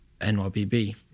NYBB